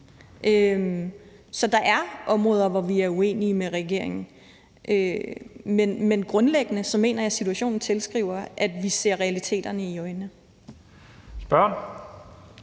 Så der er områder, hvor vi er uenige med regeringen, men grundlæggende mener jeg, at situationen tilskriver, at vi ser realiteterne i øjnene. Kl.